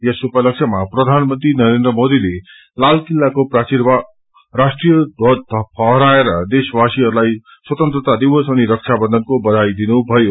यस उपलक्ष्यामा प्रधानमंत्ररी नरेन्द्र मोदीले लाल किल्लाको प्राचीरमा राष्ट्रिश ध्वज फहराएर देश वासीहरूलाई स्वतन्त्रता दिवस अनि रक्षा बन्धनको बधाई दिनुभयो